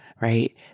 right